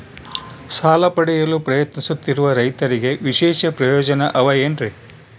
ಸಾಲ ಪಡೆಯಲು ಪ್ರಯತ್ನಿಸುತ್ತಿರುವ ರೈತರಿಗೆ ವಿಶೇಷ ಪ್ರಯೋಜನ ಅವ ಏನ್ರಿ?